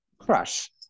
Crush